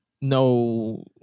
no